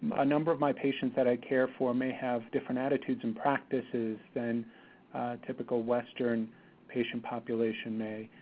a number of my patients that i care for may have different attitudes and practices than typical western patient population may,